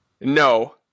No